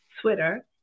Twitter